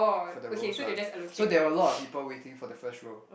for the rows one so there were a lot of people waiting for the first row